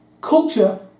culture